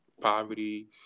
poverty